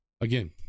again